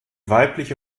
weibliche